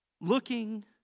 Looking